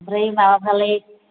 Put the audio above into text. ओमफ्राय माबाफोरालाय